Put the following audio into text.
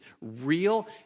real